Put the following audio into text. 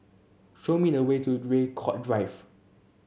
show me the way to Draycott Drive